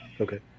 Okay